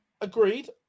Agreed